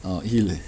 orh 一粒